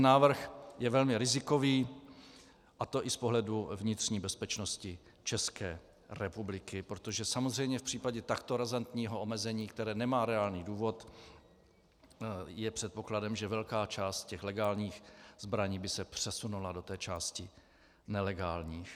Návrh je velmi rizikový, a to i z pohledu vnitřní bezpečnosti ČR, protože samozřejmě v případě takto razantního omezení, které nemá reálný důvod, je předpokladem, že velká část legálních zbraní by se přesunula do té části nelegálních.